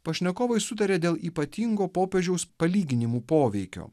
pašnekovai sutaria dėl ypatingo popiežiaus palyginimų poveikio